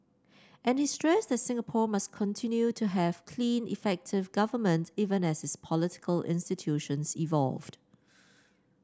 and he stressed that Singapore must continue to have clean effective government even as its political institutions evolve